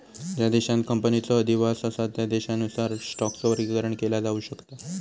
ज्या देशांत कंपनीचो अधिवास असा त्या देशानुसार स्टॉकचो वर्गीकरण केला जाऊ शकता